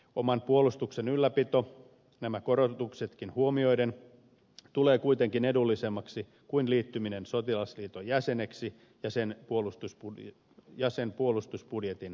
oman puolustuksen ylläpito nämä korotuksetkin huomioiden tulee kuitenkin edullisemmaksi kuin liittyminen sotilasliiton jäseneksi ja sen puolustusbudjetin maksajaksi